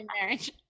marriage